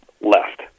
left